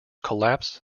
collapsed